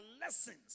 lessons